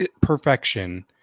perfection